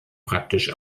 praktisch